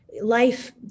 life